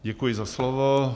Děkuji za slovo.